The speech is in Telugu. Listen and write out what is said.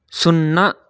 సున్నా